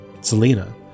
Selena